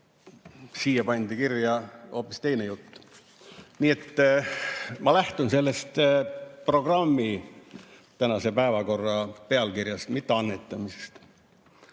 siia pandi kirja hoopis teine jutt. Nii et ma lähtun tänase päevakorra pealkirjast, mitte annetamisest.